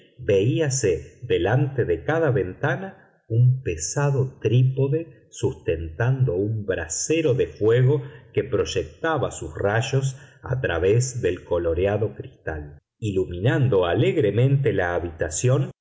veíase delante de cada ventana un pesado trípode sustentando un brasero de fuego que proyectaba sus rayos a través del coloreado cristal iluminando alegremente la habitación